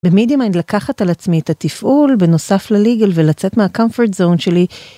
במידי מיינד לקחת על עצמי את התפעול בנוסף לליגל ולצאת מה comfort zone שלי.